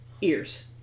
Ears